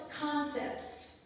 concepts